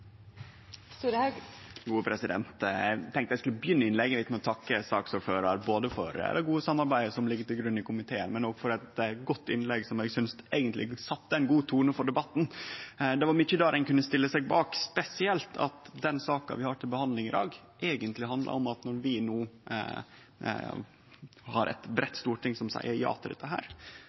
det gode samarbeidet som ligg til grunn i komiteen, og for eit godt innlegg som eg synest sette ein god tone for debatten. Det var mykje der som ein kunne stille seg bak, spesielt at den saka vi har til behandling i dag, eigentleg handlar om at når det no er eit breitt storting som seier ja til dette,